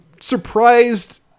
surprised